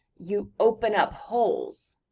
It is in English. you open up holes.